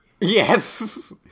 yes